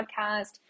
podcast